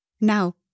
Now